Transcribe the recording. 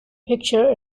picture